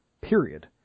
period